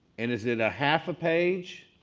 and is it a half a page